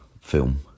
film